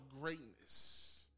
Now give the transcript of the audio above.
greatness